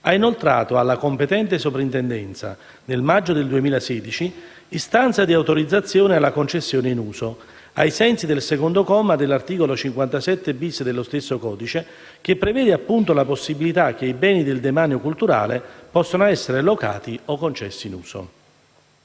ha inoltrato alla competente Soprintendenza, nel maggio del 2016, istanza di autorizzazione alla concessione in uso, ai sensi del secondo comma dell'articolo 57-*bis* dello stesso codice, che prevede appunto la possibilità che i beni del demanio culturale possano essere locati o concessi in uso.